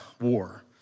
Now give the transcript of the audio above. war